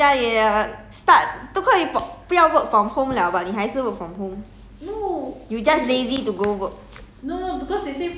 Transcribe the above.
太懒 liao 懒在家里 err start 都可以不要 work from home liao but 你还是 work from home